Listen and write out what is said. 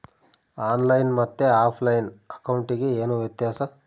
On line ಮತ್ತೆ ಆಫ್ಲೈನ್ ಅಕೌಂಟಿಗೆ ಏನು ವ್ಯತ್ಯಾಸ?